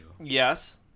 Yes